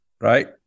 right